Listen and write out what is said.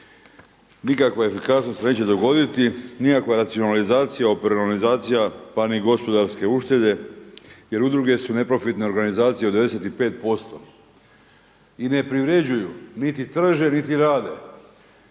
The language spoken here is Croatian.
Nikakva efikasnost se neće dogoditi, nikakva racionalizacija, operacionalizacija pa ni gospodarske uštede jer udruge su neprofitne organizacije od 95% i ne privređuju, niti trže, niti rade.